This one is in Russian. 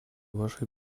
вашей